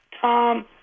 Tom